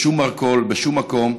בשום מרכול, בשום מקום,